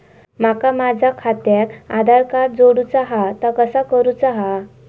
माका माझा खात्याक आधार कार्ड जोडूचा हा ता कसा करुचा हा?